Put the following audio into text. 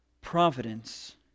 providence